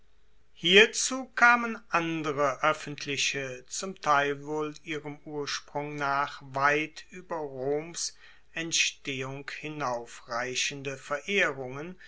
hierzu kamen andere oeffentliche zum teil wohl ihrem ursprung nach weit ueber roms entstehung hinaufreichende verehrungen